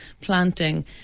planting